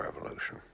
Revolution